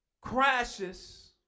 crashes